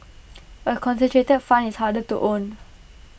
A concentrated fund is harder to own